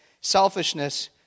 Selfishness